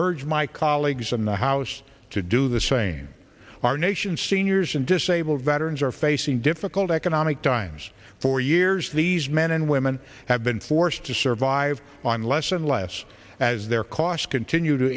urge my colleagues in the house to do the same our nation's seniors and disabled veterans are facing difficult economic times for years these men and women have been forced to survive on less and less as their costs continue to